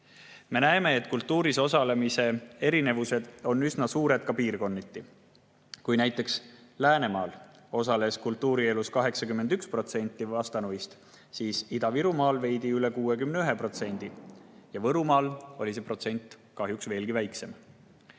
Me näeme, et kultuuris osalemise erinevused on piirkonniti üsna suured. Näiteks Läänemaal osales kultuurielus 81% vastanuist, Ida-Virumaal veidi üle 61% ja Võrumaal oli see protsent kahjuks veelgi väiksem.